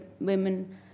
women